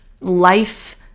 life